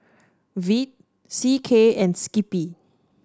Veet C K and Skippy